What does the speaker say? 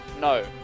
No